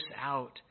out